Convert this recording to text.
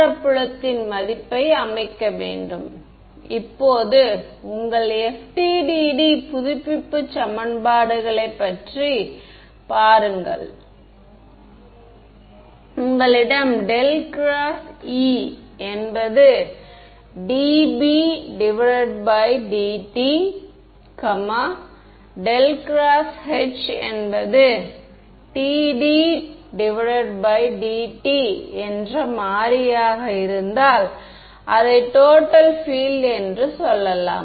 எனவே ஒரு ஸ்பேஸ் டெர்ம்க்கு jkx உள்ளது போல இப்போது நான் எனது எதிர்மாறான டைம் கன்வென்க்ஷன் ejt ஆக இருந்தால் பிறகு என் s கள் p jq ஆக இருக்கும்